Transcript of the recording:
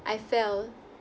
I fell